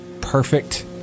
perfect